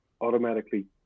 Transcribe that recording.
automatically